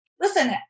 Listen